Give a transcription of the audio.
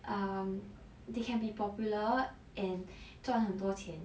um they can be popular and 赚很多钱